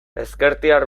ezkertiar